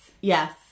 yes